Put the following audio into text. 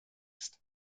ist